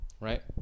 Right